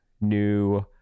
new